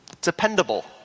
dependable